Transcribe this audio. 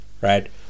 Right